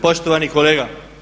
Poštovani kolega.